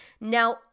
Now